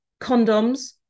Condoms